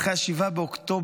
אחרי 7 באוקטובר